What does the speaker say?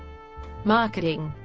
marketing